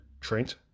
Trent